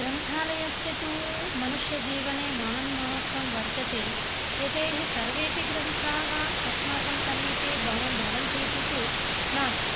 ग्रन्थालयस्य तु मनुष्यजीवने महान् महत्त्वं वर्तते यतो हि सर्वेऽपि ग्रन्थाः अस्माकं समीपे भव भवन्तीति तु नास्ति